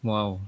Wow